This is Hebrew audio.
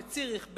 בציריך,